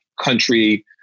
country